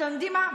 אתם יודעים מה?